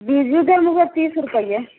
बीजु देब तीस रुपैआ